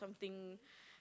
something